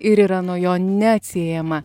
ir yra nuo jo neatsiejama